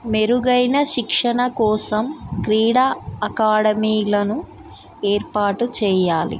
మెరుగైన శిక్షణ కోసం క్రీడా అకాడమీలను ఏర్పాటు చేయాలి